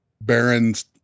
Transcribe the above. Baron's